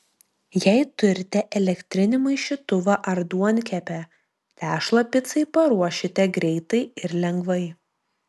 jei turite elektrinį maišytuvą ar duonkepę tešlą picai paruošite greitai ir lengvai